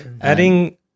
Adding